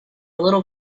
little